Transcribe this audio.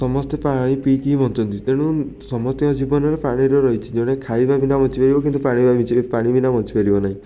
ସମସ୍ତେ ପାଣି ପିଇକି ହିଁ ବଞ୍ଚନ୍ତି ତେଣୁ ସମସ୍ତଙ୍କ ଜୀବନରେ ପାଣିର ରହିଛି ଜଣେ ଖାଇବା ବିନା ବଞ୍ଚିପାରିବ କିନ୍ତୁ ପାଣି ବା ପାଣି ବିନା ବଞ୍ଚିପାରିବ ନାହିଁ